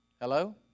Hello